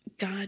God